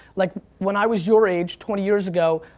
like when i was your age, twenty years ago,